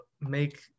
make